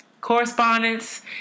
correspondence